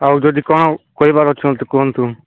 ଆଉ ଯଦି କ'ଣ କହିବାର ଅଛି ଯଦି କୁହନ୍ତୁ